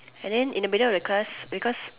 and then in the middle of the class because